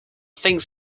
thinks